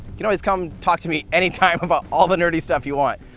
can always come talk to me any time about all the nerdy stuff you want,